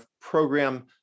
program